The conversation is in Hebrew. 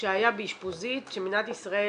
שהיה באשפוזית שמדינת ישראל